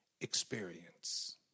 experience